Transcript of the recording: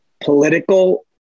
political